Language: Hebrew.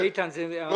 איתן, זה ארוך.